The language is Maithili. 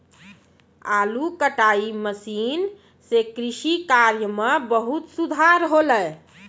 आलू कटाई मसीन सें कृषि कार्य म बहुत सुधार हौले